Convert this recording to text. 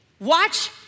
Watch